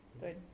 Good